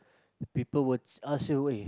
people will ask you eh